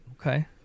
okay